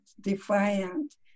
defiant